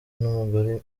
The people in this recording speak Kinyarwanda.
n’umugore